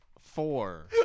four